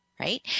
Right